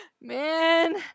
Man